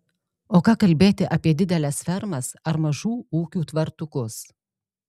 o ką kalbėti apie dideles fermas ar mažų ūkių tvartukus